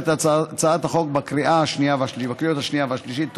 את הצעת החוק בקריאות השנייה והשלישית.